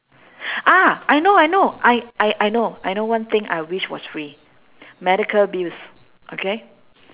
ah I know I know I I I know I know one thing I wish was free medical bills okay